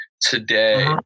today